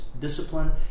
discipline